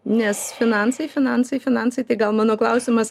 nes finansai finansai finansai tai gal mano klausimas